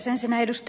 ensinnä ed